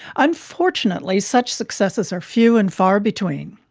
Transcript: unfortunately, such successes are few and far between.